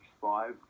five